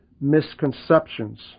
misconceptions